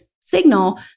signal